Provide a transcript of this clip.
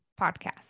podcast